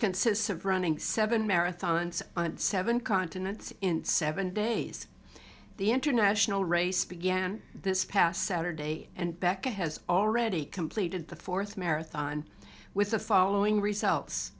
consists of running seven marathons and seven continents in seven days the international race began this past saturday and becca has already completed the fourth marathon with the following results